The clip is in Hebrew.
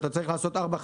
אתה צריך לעשות ארבע,